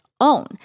own